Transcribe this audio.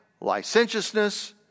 licentiousness